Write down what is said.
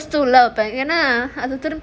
first to love என்னை அதுக்கப்புறம்:ennai adhukapuram